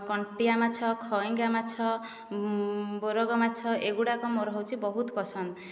କଣ୍ଟିଆ ମାଛ ଖଇଁଙ୍ଗା ମାଛ ବରଗ ମାଛ ଏହି ଗୁଡ଼ିକ ମୋର ହେଉଛି ବହୁତ ପସନ୍ଦ